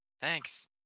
Thanks